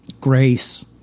grace